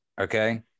okay